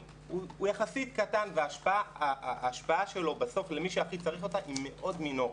הוא יחסית קטן וההשפעה שלו בסוף למי שהכי צריך אותה היא מאוד מינורית.